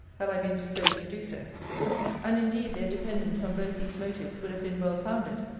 had i been disposed to do so and, indeed, their dependence on both these motives would have been well founded,